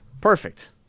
perfect